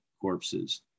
corpses